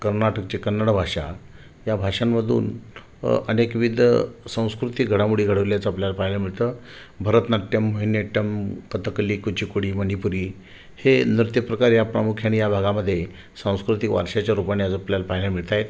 कर्नाटकची कन्नड भाषा या भाषांमधून अनेक विद सांस्कृतिक घडामोडी घडवल्याचं आपल्याला पाहायला मिळतं भरतनाट्यम मोहिनीअट्टम कथ्थकली कुचीपुडी मणिपुरी हे नृत्यप्रकार या प्रामुख्याने या भागामध्ये सांस्कृतिक वारशाच्या रूपाने आज आपल्याला पाहायला मिळत आहेत